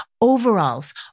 overalls